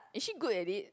is she good at it